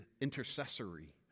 intercessory